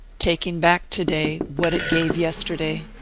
taking back to-day what it gave yesterday,